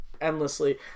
endlessly